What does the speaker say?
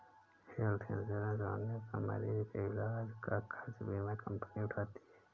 health insurance होने पर मरीज के इलाज का खर्च बीमा कंपनी उठाती है